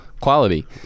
quality